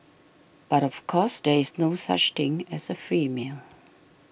but of course there is no such thing as a free meal